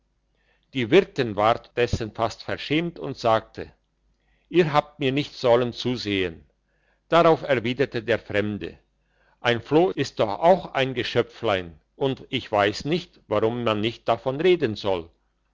die wirtin ward dessen fast verschämt und sagte ihr habt mir nicht sollen zusehen darauf erwiderte der fremde ein floh ist doch auch ein geschöpflein und ich weiss nicht warum man nicht davon reden soll